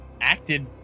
acted